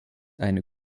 eine